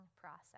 process